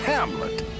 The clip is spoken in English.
Hamlet